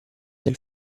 del